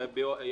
זה היה ביום